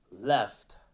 left